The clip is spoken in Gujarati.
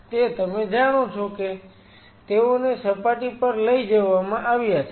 તે તમે જાણો છો કે તેઓને સપાટી પર લઈ જવામાં આવ્યા છે